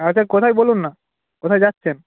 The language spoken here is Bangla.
আচ্ছা কোথায় বলুন না কোথায় যাচ্ছেন